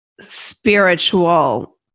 spiritual